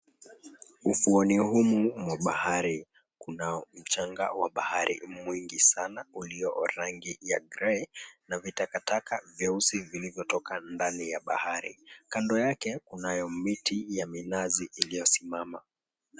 Ufuoni humu mwa bahari kuna mchanga wa bahari mwingi sana ulio rangi ya grey na vitaka taka vyeusi vilivyotoka ndani ya bahari, kando yake kunayo miti ya minazi iliyosimama.